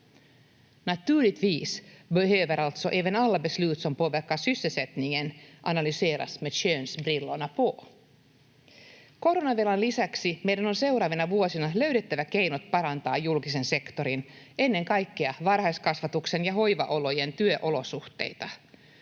Naturligtvis behöver alltså även alla beslut som påverkar sysselsättningen analyseras med könsbrillorna på. Koronavelan lisäksi meidän on seuraavina vuosina löydettävä keinot parantaa julkisen sektorin, ennen kaikkea varhaiskasvatuksen ja hoiva-alojen, työolosuhteita.